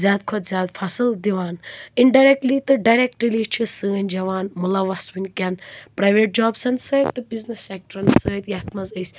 زیادٕ کھۄتہٕ زیادٕ فصل دِوان اِنڈریٚکٹٕلی تہٕ ڈریٚکٹٕلی چھِ سٲنۍ جوان مُلَوَث وُنکیٚن پریٚویٚٹ جابسَن سۭتۍ تہِ بِزنٮ۪س سیٚکٹرَن سۭتۍ یَتھ منٛز أسۍ